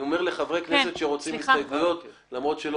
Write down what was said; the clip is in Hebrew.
אני אומר לחברי הכנסת למרות שלא